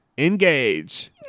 Engage